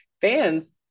fans